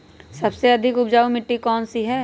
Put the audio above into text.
सबसे अधिक उपजाऊ मिट्टी कौन सी हैं?